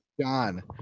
John